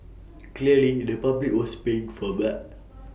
clearly the public was baying for blood